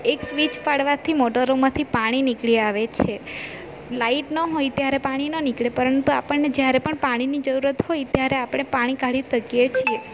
એક સ્વીચ પાડવાથી મોટરોમાંથી પાણી નીકળી આવે છે લાઇટ ન હોય ત્યારે પાણી ન નીકળે પરંતુ આપણને જ્યારે પણ પાણીની જરૂરત હોય ત્યારે આપણે પાણી કાઢી શકીએ છીએ